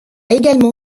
également